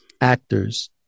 actors